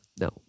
No